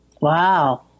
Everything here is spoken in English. Wow